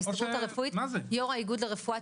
שלום.